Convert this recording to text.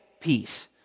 peace